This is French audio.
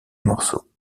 morceaux